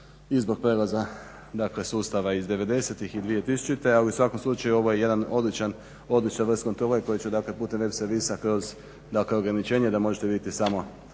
i zbog prelaza sustava iz devedesetih i 2000.ali u svakom slučaju ovo je jedan odličan … /Govornik se ne razumije./ … koji će putem web servisa kroz ograničenje da možete vidjeti samo